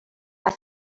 are